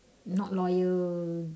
not loyal